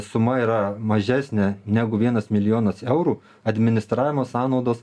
suma yra mažesnė negu vienas milijonas eurų administravimo sąnaudos